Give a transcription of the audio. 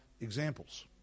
examples